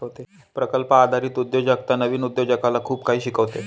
प्रकल्प आधारित उद्योजकता नवीन उद्योजकाला खूप काही शिकवते